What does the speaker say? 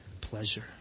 pleasure